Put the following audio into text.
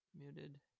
Muted